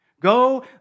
Go